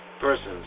persons